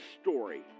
story